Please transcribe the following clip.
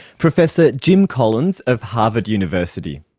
professor jim collins of harvard university.